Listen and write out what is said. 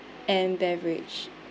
and beverage